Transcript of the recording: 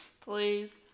Please